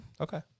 Okay